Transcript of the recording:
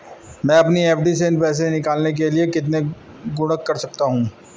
मैं अपनी एफ.डी से पैसे निकालने के लिए कितने गुणक कर सकता हूँ?